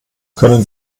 können